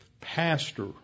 pastor